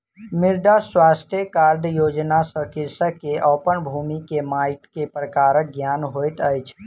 मृदा स्वास्थ्य कार्ड योजना सॅ कृषक के अपन भूमि के माइट के प्रकारक ज्ञान होइत अछि